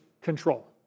control